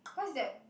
what's that